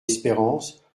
espérance